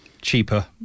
cheaper